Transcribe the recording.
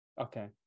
okay